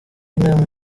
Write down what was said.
inama